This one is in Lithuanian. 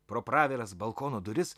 pro praviras balkono duris